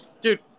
Dude